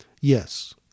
Yes